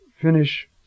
finish